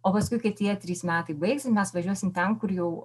o paskui kai tie trys metai baigsis mes važiuosie ten kur jau